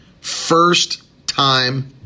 first-time